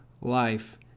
life